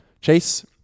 Chase